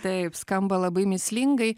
taip skamba labai mįslingai